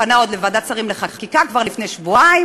פנה עוד לוועדת שרים לחקיקה כבר לפני שבועיים,